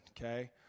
okay